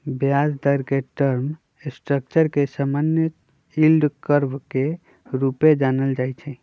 ब्याज दर के टर्म स्ट्रक्चर के समान्य यील्ड कर्व के रूपे जानल जाइ छै